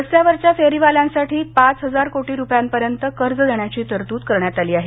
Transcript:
रस्त्यावरच्या फेरीवाल्यांसाठी पाच हजार कोटी रुपयापर्यंत कर्ज देण्याची तरतूद करण्यात आली आहे